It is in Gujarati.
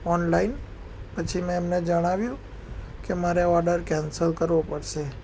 ઓનલાઈન પછી મેં એમને જણાવ્યું કે મારે ઓર્ડર કેન્સલ કરવો પડશે